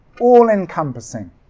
all-encompassing